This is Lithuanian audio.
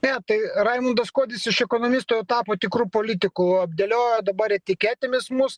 ne tai raimundas kuodis iš ekonomisto tapo tikru politiku apdėliojo dabar etiketėmis mus